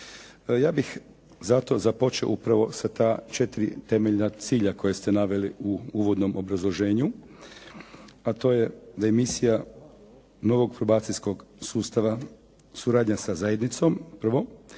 Ja bih zato započeo upravo sa ta 4 temeljna cilja koja ste naveli u uvodnom obrazloženju, a to je da emisija novog probacijskog sustava suradnja sa zajednicom prvo